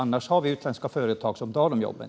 Annars har vi utländska företag som tar de här jobben.